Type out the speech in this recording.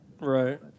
Right